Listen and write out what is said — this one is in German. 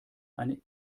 eine